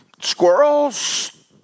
squirrels